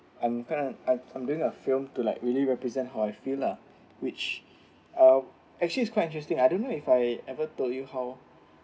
I'm kind of I'm doing a film to like really present how I feel lah which uh actually is quite interesting I don't know if I ever told you how